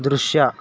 ದೃಶ್ಯ